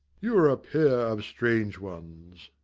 you are a pair of strange ones.